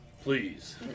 please